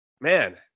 man